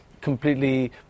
completely